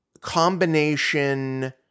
combination